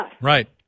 Right